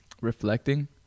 reflecting